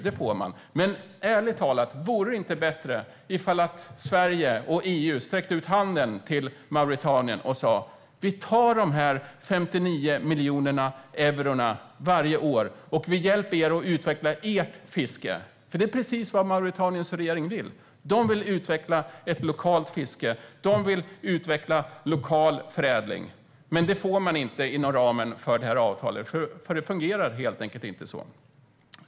Det får man, men ärligt talat, vore det inte bättre om Sverige och EU sträckte ut handen till Mauretanien och sa: Vi tar dessa 59 miljoner euro varje år och hjälper er att utveckla ert fiske! Det är precis vad Mauretaniens regering vill. De vill utveckla ett lokalt fiske och en lokal förädling. Men det får man inte inom ramen för det här avtalet, för det fungerar inte så.